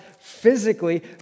physically